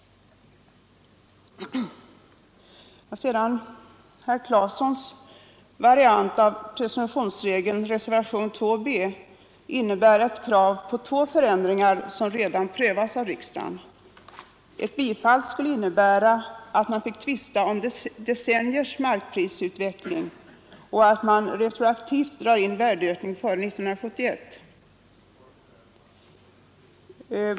Sedan till herr Claesons variant av presumtionsregeln, reservationen 2b, som innebär krav på två förändringar som redan prövats av riksdagen. Ett bifall till reservationen skulle innebära att man fick tvista om decenniers markprisutveckling och att man retroaktivt drog in värdeökning före 1971.